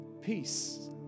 peace